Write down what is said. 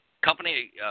company